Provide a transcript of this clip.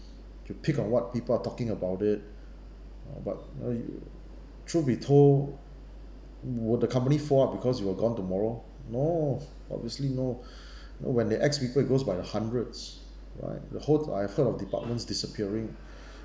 you pick on what people are talking about it uh but uh you truth be told would the company fall ah because you are gone tomorrow no obviously no know when the axe people it goes by the hundreds right the whole I've heard of departments disappearing